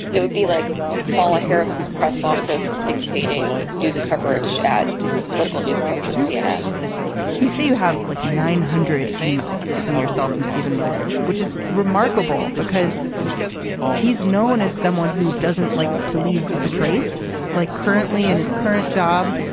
it would be like kamala harris, his press office, dictating news coverage at political news coverage at cnn you see you have like nine hundred emails between yourself and steven miller. which is remarkable because he's known as someone who doesn't like to leave a trace like currently in his current job.